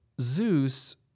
Zeus